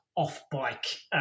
off-bike